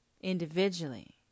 Individually